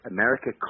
America